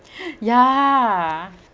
ya